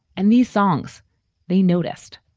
and these songs they noticed.